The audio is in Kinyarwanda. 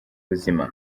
buzima